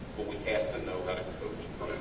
but we have to know how to coach